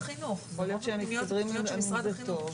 ברגיל אפשר להיכנס למקום רק עם תו ירוק או בדיקה